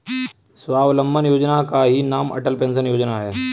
स्वावलंबन योजना का ही नाम अटल पेंशन योजना है